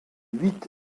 huit